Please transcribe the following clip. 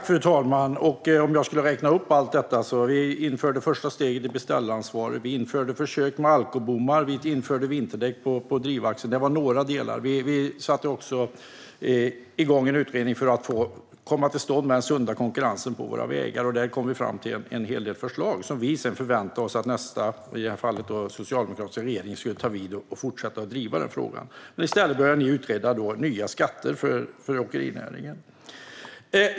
Fru talman! Jag kan inte räkna upp allt. Vi införde första steget i beställaransvaret. Vi införde försök med alkobommar. Vi införde krav på vinterdäck på drivaxeln. Det var några delar. Vi satte också igång en utredning för att få till stånd sund konkurrens på våra vägar. Där kom vi fram till en hel del förslag, som vi sedan förväntade oss att nästa regering, i det här fallet den socialdemokratiska regeringen, skulle fortsätta driva. Men i stället började ni utreda nya skatter för åkerinäringen.